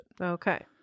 Okay